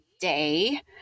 day